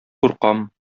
куркам